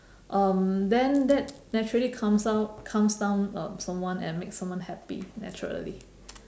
um then that naturally calms down calms down um someone and makes someone happy naturally